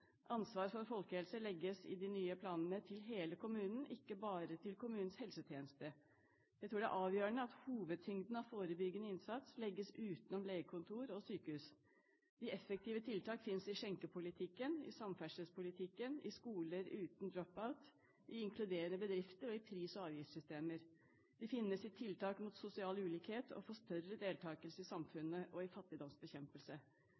Ansvar for folkehelse legges i de nye planene til hele kommunen, ikke bare til kommunens helsetjeneste. Jeg tror det er avgjørende at hovedtyngden av forebyggende innsats legges utenom legekontor og sykehus. De effektive tiltakene finnes i skjenkepolitikken, i samferdselspolitikken, i skoler uten drop out, i inkluderende bedrifter og i pris- og avgiftssystemer. De finnes i arbeid mot sosial ulikhet og for større deltakelse i